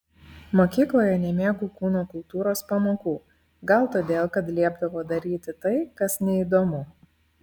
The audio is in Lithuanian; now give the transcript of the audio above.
mokykloje nemėgau kūno kultūros pamokų gal todėl kad liepdavo daryti tai kas neįdomu